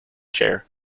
chair